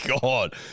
God